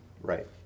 Right